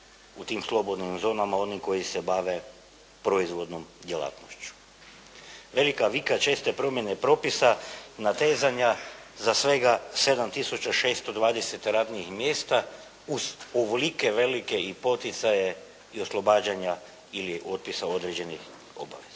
u tim slobodnim zonama oni koji se bave proizvodnom djelatnošću. Velika vika, česte promjene propisa, natezanja za svega 7 tisuća 620 radnih mjesta uz ovolike velike i poticaje i oslobađanja ili otpisa određenih obaveza.